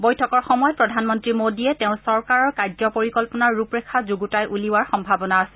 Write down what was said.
বৈঠকৰ সময়ত প্ৰধানমন্ত্ৰী মোডীয়ে তেওঁৰ চৰকাৰৰ কাৰ্য পৰিকল্পনাৰ ৰূপৰেখা যুগুতাই উলিওৱাৰ সম্ভাবনা আছে